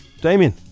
Damien